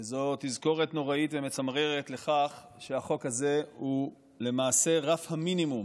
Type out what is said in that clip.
וזו תזכורת נוראית ומצמררת לכך שהחוק הזה הוא למעשה רף המינימום